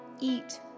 eat